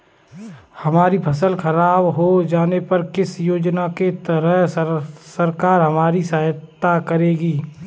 हमारी फसल खराब हो जाने पर किस योजना के तहत सरकार हमारी सहायता करेगी?